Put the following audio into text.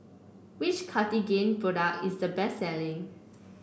which Cartigain product is the best selling